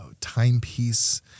timepiece